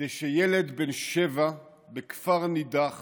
כדי שילד בן שבע בכפר נידח